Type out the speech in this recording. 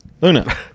Luna